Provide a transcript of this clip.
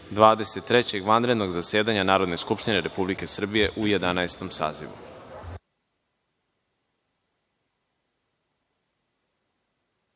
vanrednog zasedanja Narodne skupštine Republike Srbije u Jedanaestom